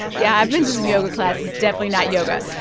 yeah, i've been to some yoga classes definitely not yoga.